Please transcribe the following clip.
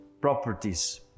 properties